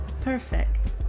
Perfect